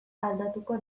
aldatuko